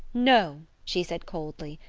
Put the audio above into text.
no, she said coldly,